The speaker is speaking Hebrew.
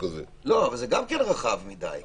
אבל זה גם רחב מדי.